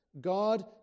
God